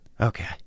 Okay